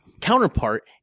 counterpart